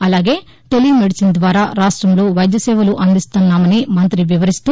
అలాగే టెలిమెడిసిన్ ద్వారా రాష్టంలో వైద్య సేవలు అందిస్తున్నామని మం్తి వివరిస్తూ